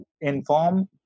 inform